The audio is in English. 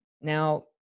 Now